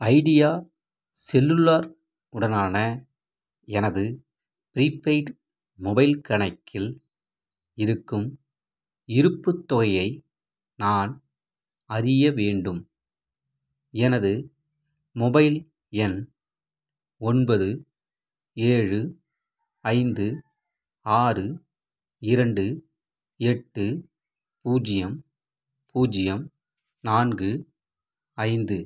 idea cellular உடனான எனது prepaid mobile கணக்கில் இருக்கும் இருப்புத் தொகையை நான் அறிய வேண்டும் எனது மொபைல் எண் ஒன்பது ஏழு ஐந்து ஆறு இரண்டு எட்டு பூஜ்ஜியம் பூஜ்ஜியம் நான்கு ஐந்து